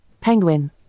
Penguin